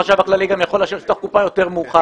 החשב הכללי גם יכול לאשר את הקופה יותר מאוחר.